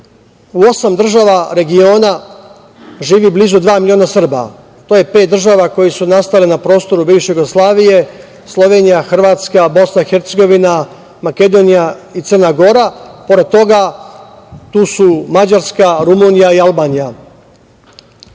U osam država regiona živi blizu dva miliona Srba. To je pet država koje su nastale na prostoru bivše Jugoslavije - Slovenija, Hrvatska, Bosna i Hercegovina, Makedonija i Crna Gora. Pored toga, tu su Mađarska, Rumunija i Albanija. Položaj